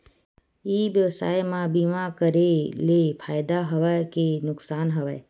ई व्यवसाय म बीमा करे ले फ़ायदा हवय के नुकसान हवय?